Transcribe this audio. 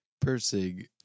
Persig